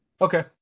Okay